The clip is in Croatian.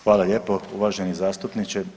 Hvala lijepo uvaženi zastupniče.